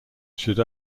should